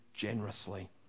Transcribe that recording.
generously